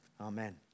Amen